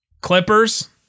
Clippers